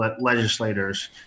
legislators